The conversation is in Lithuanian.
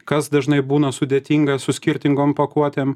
kas dažnai būna sudėtinga su skirtingom pakuotėm